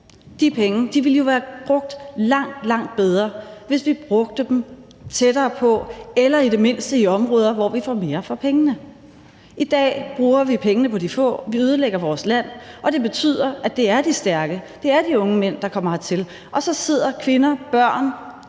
verden – ville være brugt langt, langt bedre, hvis vi brugte dem tættere på eller i det mindste i områder, hvor vi får mere for pengene. I dag bruger vi pengene på de få, vi ødelægger vores land, og det betyder, at det er de stærke, de unge mænd, der kommer hertil, og så sidder kvinder, børn